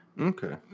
Okay